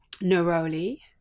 neroli